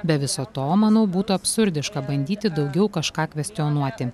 be viso to manau būtų absurdiška bandyti daugiau kažką kvestionuoti